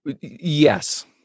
Yes